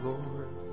Lord